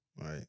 right